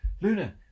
Luna